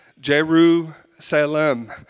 Jerusalem